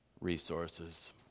resources